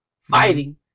fighting